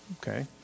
Okay